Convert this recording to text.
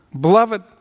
Beloved